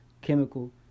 chemical